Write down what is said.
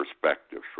perspective